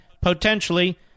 potentially